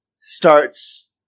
starts